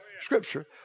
Scripture